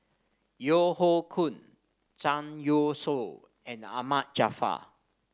Yeo Hoe Koon Zhang Youshuo and Ahmad Jaafar